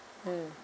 mm